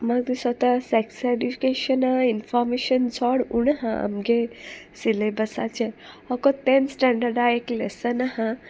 म्हाका दिसोता sex education information चोड उण आहा आमगे सिलेबसाचे होकोत तेन्थ स्टँडर्डा एक लेसन आहा